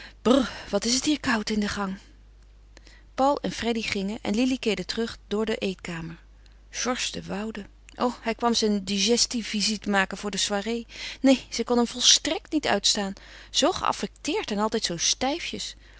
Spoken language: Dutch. wat is het hier koud in de gang paul en freddy gingen en lili keerde terug door de eetkamer georges de woude o hij kwam zijn digestie-visite maken voor de soirée neen zij kon hem volstrekt niet uitstaan zoo geaffecteerd en altijd zoo